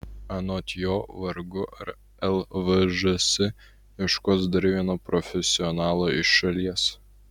anot jo vargu ar lvžs ieškos dar vieno profesionalo iš šalies